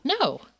No